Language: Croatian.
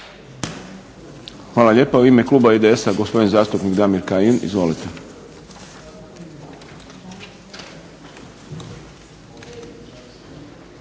Hvala lijepa. U Ime Kluba IDS-a gospodin zastupnik Damir Kajin. Izvolite.